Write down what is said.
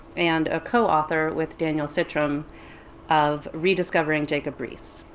and a co-author with daniel czitrom of rediscovering jacob riis.